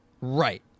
Right